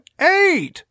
eight